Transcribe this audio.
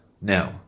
Now